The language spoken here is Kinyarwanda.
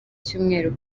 cyumweru